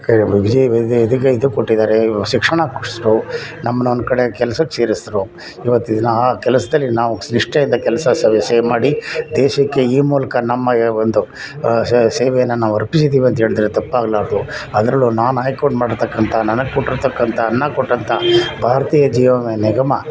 ಇದು ಕೊಟ್ಟಿದ್ದಾರೆ ಶಿಕ್ಷಣ ಕೊಡ್ಸ್ರು ನಮ್ನ ಒಂದು ಕಡೆ ಕೆಲ್ಸಕ್ಕೆ ಸೇರಿಸ್ರು ಈವತ್ತಿನ ದಿನ ಆ ಕೆಲಸದಲ್ಲಿ ನಾವು ನಿಷ್ಠೆಯಿಂದ ಕೆಲಸ ಸವಿ ಸೇವೆ ಮಾಡಿ ದೇಶಕ್ಕೆ ಈ ಮೂಲಕ ನಮ್ಮಯ ಒಂದು ಸೇವೆಯನ್ನು ನಾವು ಅರ್ಪಿಸಿದ್ದೀವಿ ಅಂತ ಹೇಳಿದ್ರೆ ತಪ್ಪಾಗಲಾರದು ಅದ್ರಲ್ಲೂ ನಾನು ಆಯ್ಕೊಂಡು ಮಾಡಿರ್ತಕ್ಕಂಥ ನನಗೆ ಕೊಟ್ಟಿರತಕ್ಕಂಥ ಅನ್ನ ಕೊಟ್ಟಂಥ ಭಾರತೀಯ ಜೀವನ ನಿಗಮ